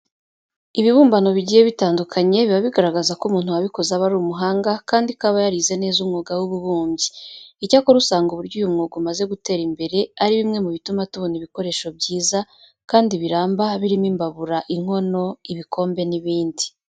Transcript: Ibibumbano bigiye bitandukanye biba bigaragaza ko umuntu wabikoze aba ari umuhanga kandi ko aba yarize neza umwuga w'ububumbyi. Icyakora usanga uburyo uyu mwuga umaze gutera imbere ari bimwe mu bituma tubona ibikoresho byiza kandi biramba birimo imbabura, inkono, ibikombe n'ibindi.